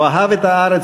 הוא אהב את הארץ